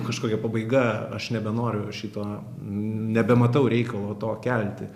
kažkokia pabaiga aš nebenoriu šito nebematau reikalo to kelti